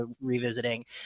revisiting